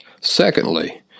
Secondly